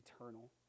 eternal